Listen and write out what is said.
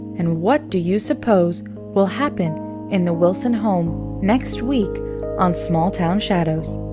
and what do you suppose will happen in the wilson home next week on small town shadows?